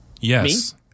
Yes